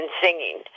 singing